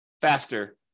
faster